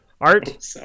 Art